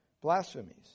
Blasphemies